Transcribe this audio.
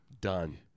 done